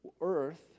earth